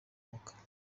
mwuka